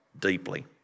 deeply